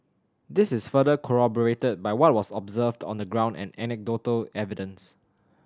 this is further corroborated by what was observed on the ground and anecdotal evidence